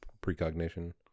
precognition